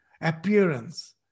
appearance